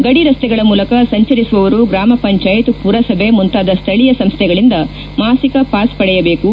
ಗಡಿ ರಸ್ತೆಗಳ ಮೂಲಕ ಸಂಚರಿಸುವವರು ಗ್ರಾಮ ಪಂಚಾಯತ್ ಪುರಸಭೆ ಮುಂತಾದ ಸ್ವಳೀಯ ಸಂಸ್ವೆಗಳಿಂದ ಮಾಸಿಕ ಪಾಸ್ ಪಡೆಯಬೇಕು